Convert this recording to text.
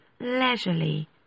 leisurely